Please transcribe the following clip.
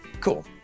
Cool